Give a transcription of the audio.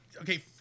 okay